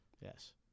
Yes